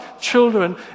children